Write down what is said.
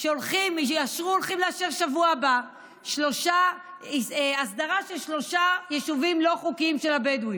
שהולכים לאשר בשבוע הבא הסדרה של שלושה יישובים לא חוקיים של הבדואים.